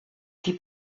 die